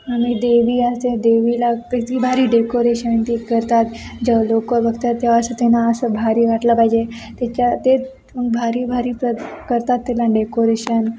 आणि देवी असते देवीला किती भारी डेकोरेशन ते करतात जेव्हा लोक बघतात तेव्हा असं त्यांना असं भारी वाटलं पाहिजे त्याच्या ते भारी भारी प्र करतात त्याला डेकोरेशन